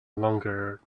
longer